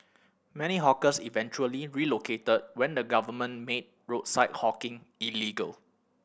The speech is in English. many hawkers eventually relocated when the government made roadside hawking illegal